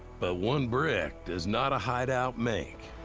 but one brick does not a hideout make.